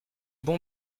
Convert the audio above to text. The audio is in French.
bons